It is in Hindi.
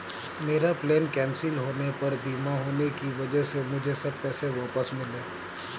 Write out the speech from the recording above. मेरा प्लेन कैंसिल होने पर बीमा होने की वजह से मुझे सब पैसे वापस मिले